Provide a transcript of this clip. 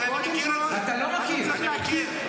ברור לי שהוא היה מקיים אותה.